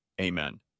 Amen